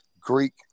Greek